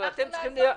אין לנו שום הגנה.